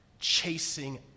chasing